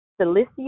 Cilicia